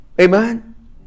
Amen